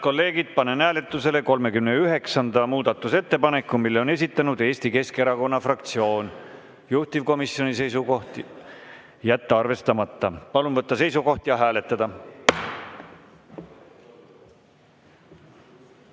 kolleegid, panen hääletusele 39. muudatusettepaneku. Selle on esitanud Eesti Keskerakonna fraktsioon. Juhtivkomisjoni seisukoht on jätta arvestamata. Palun võtta seisukoht ja hääletada!